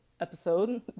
episode